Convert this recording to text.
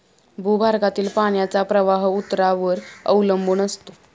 भूगर्भातील पाण्याचा प्रवाह उतारावर अवलंबून असतो